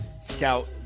Scout